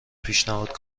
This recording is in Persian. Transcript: پیشنهاد